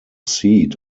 seat